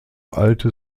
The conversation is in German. alte